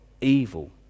evil